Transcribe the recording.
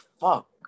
fuck